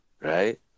right